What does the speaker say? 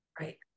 Right